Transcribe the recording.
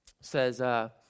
says